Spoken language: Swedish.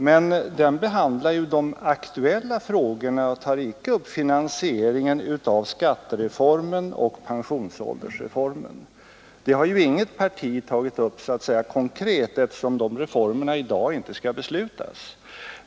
Men den behandlar ju de aktuella frågorna och tar inte upp finansieringen av skattereformen och pensionsåldersreformen. Den saken har inget parti tagit upp konkret, eftersom de reformerna inte skall beslutas i dag.